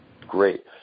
Great